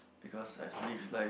because I've lived life